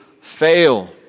fail